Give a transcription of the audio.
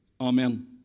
Amen